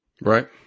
Right